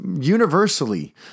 universally